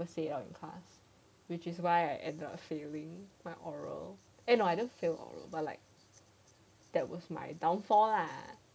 then I never say it in class which is why I at the failing my oral eh no I didn't fail but like that was my downfall lah